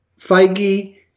Feige